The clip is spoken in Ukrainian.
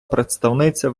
представниця